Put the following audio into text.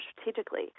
strategically